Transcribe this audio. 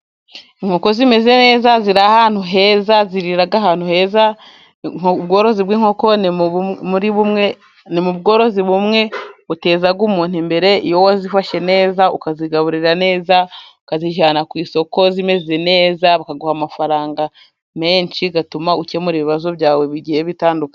Inkoko zimeze neza, ziri ahantu heza ,zirira ahantu heza, ubworozi bw'inkoko ni bumwe mubworozi buteza umuntu imbere .Iyo wazifashe neza ,ukazigaburira neza ,ukazijyana ku isoko zimeze neza, bakaguha amafaranga menshi ,agatuma ukemura ibibazo byawe bigiye bitandukanye.